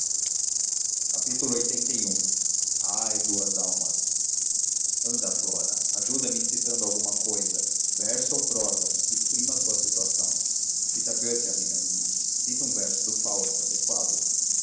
no diabo lxxxi ai duas almas anda flora ajuda-me citando alguma cousa verso ou prosa que exprima a tua situação cita goethe amiga minha cita um verso do fausto adequado